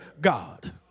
God